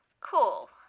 Cool